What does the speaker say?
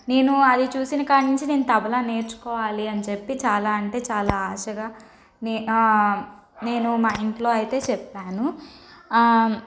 నేను అది చూసిన కాన్నుంచి నేను తబలా నేర్చుకోవాలి అని చెప్పి చాలా అంటే చాలా ఆశగా నేను నేను మా ఇంట్లో అయితే చెప్పాను